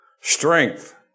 strength